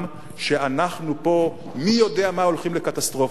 שאנחנו פה מי יודע מה הולכים לקטסטרופה.